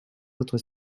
autres